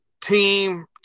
team